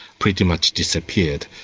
pretty much disappeared,